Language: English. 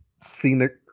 scenic